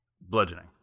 bludgeoning